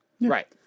Right